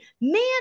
man